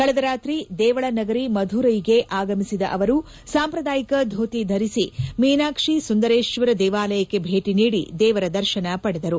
ಕಳೆದ ರಾತ್ರಿ ದೇವಳ ನಗರಿ ಮಧುರೈಗೆ ಆಗಮಿಸಿದ ಅವರು ಸಾಂಪ್ರದಾಯಿಕ ಧೋತಿ ಧರಿಸಿ ಮೀನಾಕ್ಷೆ ಸುಂದರೇಶ್ವರ ದೇವಾಲಯಕ್ಕೆ ಭೇಟಿ ನೀಡಿ ದೇವರ ದರ್ಶನ ಪಡೆದರು